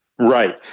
Right